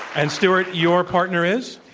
and, stewart, your partner is?